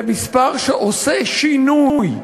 זה מספר שעושה שינוי.